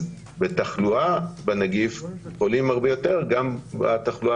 בתחלואה בנגיף עולים הרבה יותר גם בתחלואה